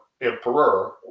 Emperor